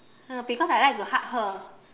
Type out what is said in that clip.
ah because I like to hug her